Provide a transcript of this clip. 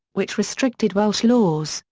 which restricted welsh laws,